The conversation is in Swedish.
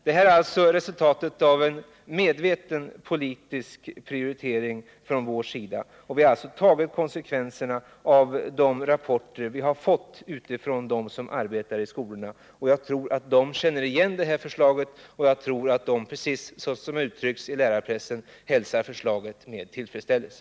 Det här förslaget är resultatet av en medveten politisk prioritering från vår sida. Vi har alltså tagit konsekvenserna av de rapporter som vi fått från dem som arbetar i skolorna. Jag tror att de känner igen det här förslaget och att de —- precis så som det uttryckts i lärarpressen — hälsar förslaget med tillfredsställelse.